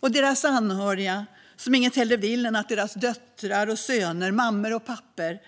Och deras anhöriga vill inget hellre än att deras döttrar och söner, mammor och pappor